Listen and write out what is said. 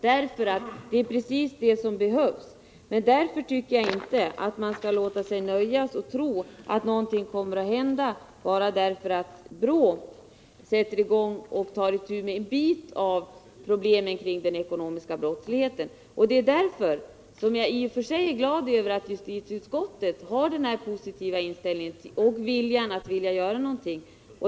Det är just det som behövs. Men jag tycker inte att man skall tro att någonting kommer att hända bara därför att BRÅ tar itu med en bit av de problem som rör den ekonomiska brottsligheten. Därför är jag i och för sig glad över att justitieutskottet har denna positiva inställning och vilja att göra någonting.